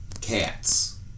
cats